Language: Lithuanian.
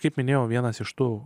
kaip minėjau vienas iš tų